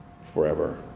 forever